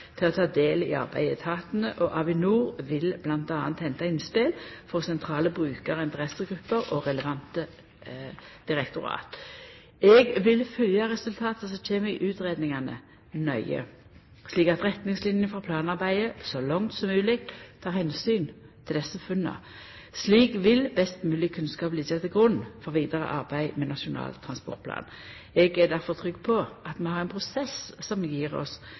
til å ta del i arbeidet. Etatane og Avinor vil m.a. henta innspel frå sentrale brukar- og interessegrupper og relevante direktorat. Eg vil følgja resultata som kjem fram i utgreiingane, nøye, slik at retningslinene for planarbeidet så langt som mogleg tek omsyn til desse funna. Slik vil best mogleg kunnskap liggja til grunn for vidare arbeid med Nasjonal transportplan. Eg er difor trygg på at vi har ein prosess som gjer oss